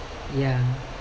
ya